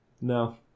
No